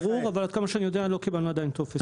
ברור, אבל עד כמה שאני יודע לא קיבלנו עדיין טופס.